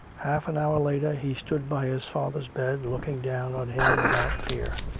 half an hour later he stood by his father's bed, looking down on him without fear.